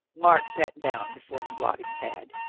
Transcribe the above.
mark sat down before the blotting-pad.